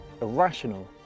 irrational